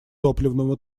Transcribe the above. топливному